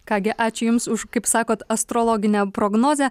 ką gi ačiū jums už kaip sakot astrologinę prognozę